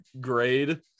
grade